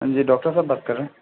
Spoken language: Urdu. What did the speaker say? ہاں جی ڈاکٹر صاحب بات کر رہے ہیں